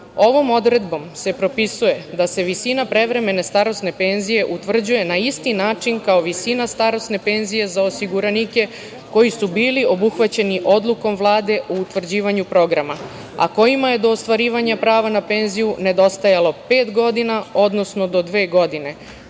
odredbom se propisuje da se visina prevremene starosne penzije utvrđuje na isti način kao visina starosne penzije za osiguranike koji su bili obuhvaćeni odlukom Vlade o utvrđivanju programa, a kojima je do ostvarivanja prava na penziju nedostajalo pet godina, odnosno do dve godine,